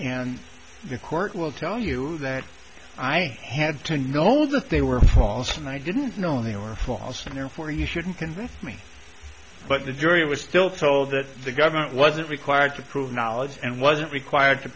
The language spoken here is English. and the court will tell you that i had to know that they were false and i didn't know they were false and therefore you shouldn't convince me but the jury was still told that the government wasn't required to prove knowledge and wasn't required to